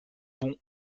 bon